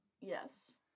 Yes